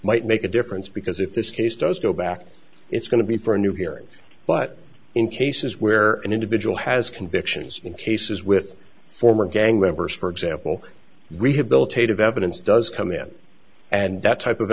might make a difference because if this case does go back it's going to be for a new hearing but in cases where an individual has convictions in cases with former gang members for example rehabilitative evidence does come in and that type of